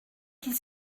qu’il